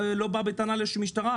בא בטענה למשטרה,